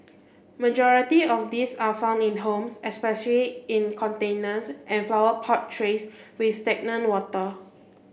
majority of these are found in homes especially in containers and flower pot trays with stagnant water